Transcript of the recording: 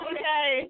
Okay